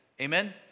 Amen